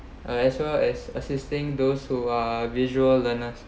uh as well as assisting those who are visual learners